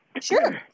Sure